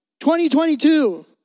2022